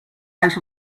out